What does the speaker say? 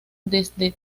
desde